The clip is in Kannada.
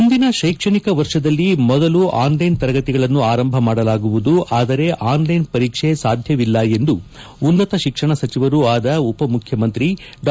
ಮುಂದಿನ ಶೈಕ್ಷಣಿಕ ವರ್ಷದಲ್ಲಿ ಮೊದಲು ಆನ್ಲೈನ್ ತರಗತಿಗಳನ್ನು ಆರಂಭ ಮಾಡಲಾಗುವುದು ಆದರೆ ಆನ್ಲೈನ್ ಪರೀಕ್ಷೆ ಸಾಧ್ಯವಿಲ್ಲ ಎಂದು ಉನ್ನತ ಶಿಕ್ಷಣ ಸಚಿವರೂ ಅದ ಉಪ ಮುಖ್ಯಮಂತ್ರಿ ಡಾ